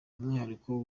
umwihariko